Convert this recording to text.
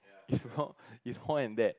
it's more it's more than that